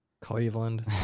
Cleveland